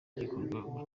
igikorwa